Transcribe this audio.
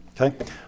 okay